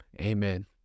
amen